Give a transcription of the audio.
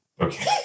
Okay